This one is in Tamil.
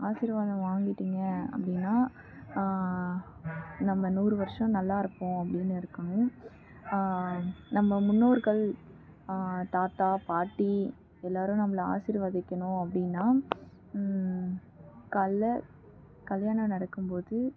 ஆசிர்வாதம் வாங்கிட்டீங்க அப்படின்னா நம்ம நூறு வருஷம் நல்லா இருப்போம் அப்படின்னு இருக்கணும் நம்ம முன்னோர்கள் தாத்தா பாட்டி எல்லோரும் நம்மளை ஆசிர்வதிக்கணும் அப்படின்னா காலைல கல்யாணம் நடக்கும் போது